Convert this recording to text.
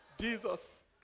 Jesus